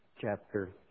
chapter